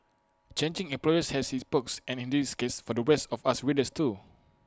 changing employers has its perks and in this case for the rest of us readers too